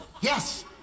Yes